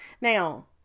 Now